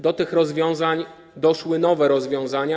Do tych rozwiązań doszły nowe rozwiązania.